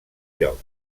lloc